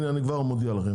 הנה, אני כבר מודיע על כך.